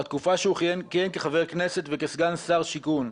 בתקופה שהוא כיהן כחבר כנסת וכסגן שר השיכון,